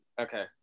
Okay